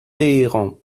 téhéran